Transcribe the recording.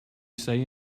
say